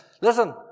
Listen